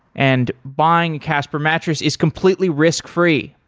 and buying a casper mattress is completely risk free.